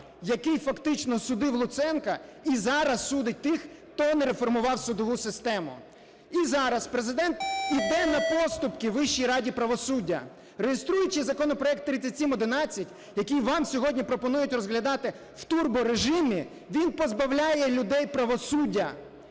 який фактично судив Луценка і зараз судить тих, хто не реформував судову систему. І зараз Президент іде на поступки Вищій раді правосуддя, реєструючи законопроект 3711, який вам сьогодні пропонують розглядати в турборежимі. Він позбавляє людей правосуддя,